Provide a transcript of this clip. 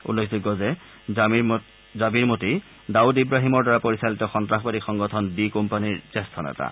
উল্লেখযোগ্য যে জামিৰ মোটি ডাউদ ইৱাহিমৰ দ্বাৰা পৰিচালিত সন্তাসবাদী সংগঠন ডি কোম্পানীৰ জ্যেষ্ঠ নেতা